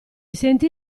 sentì